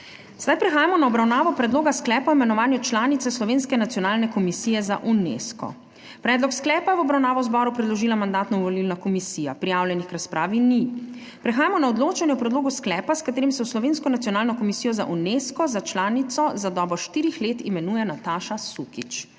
Sedaj prehajamo na obravnavo Predloga sklepa o imenovanju članice Slovenske nacionalne komisije za Unesco. Predlog sklepa je v obravnavo zboru predložila Mandatno-volilna komisija. Prijavljenih k razpravi ni. Prehajamo na odločanje o predlogu sklepa, s katerim se v Slovensko nacionalno komisijo za Unesco za članico za dobo štirih let imenuje Nataša Sukič.